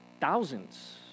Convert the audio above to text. Thousands